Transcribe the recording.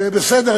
בסדר.